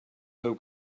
seu